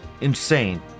insane